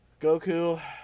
Goku